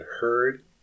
heard